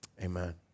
amen